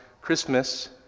Christmas